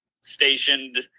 stationed